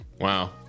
Wow